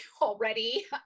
already